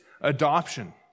adoption